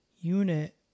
unit